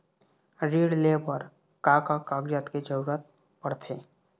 ऋण ले बर का का कागजात के जरूरत पड़थे?